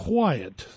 Quiet